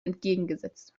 entgegengesetzt